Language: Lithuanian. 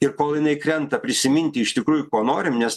ir kol jinai krenta prisiminti iš tikrųjų ko norim nes